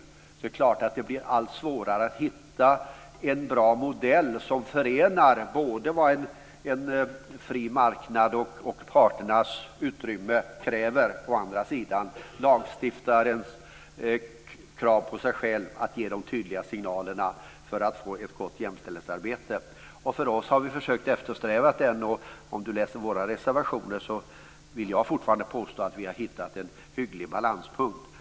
Och det är klart att det ju längre man kommer i ett reformarbete blir allt svårare att hitta en bra modell som förenar både vad en fri marknad och parternas utrymme kräver och lagstiftarens krav på sig själv att ge de tydliga signalerna för att det ska bli ett gott jämställdhetsarbete. Magnus Jacobsson kan läsa våra reservationer. Jag vill fortfarande påstå att vi har hittat en hygglig balanspunkt.